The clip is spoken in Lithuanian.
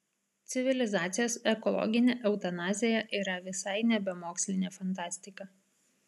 civilizacijos ekologinė eutanazija yra visai nebe mokslinė fantastika